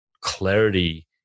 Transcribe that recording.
clarity